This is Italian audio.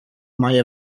mai